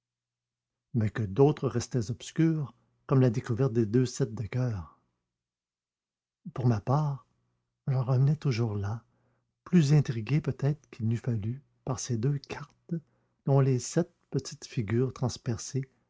mais que d'autres restaient obscurs comme la découverte des deux sept de coeur pour ma part j'en revenais toujours là plus intrigué peut-être qu'il n'eût fallu par ces deux cartes dont les sept petites figures transpercées